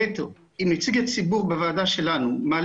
דיון על הסוגיה של ניסויים בבעלי חיים.